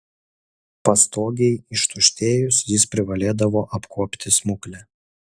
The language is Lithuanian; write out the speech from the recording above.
pastogei ištuštėjus jis privalėdavo apkuopti smuklę